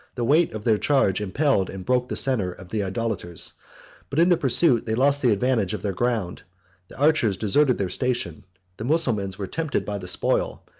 the weight of their charge impelled and broke the centre of the idolaters but in the pursuit they lost the advantage of their ground the archers deserted their station the mussulmans were tempted by the spoil,